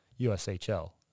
USHL